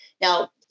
Now